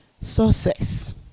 success